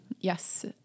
Yes